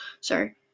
Sorry